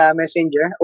messenger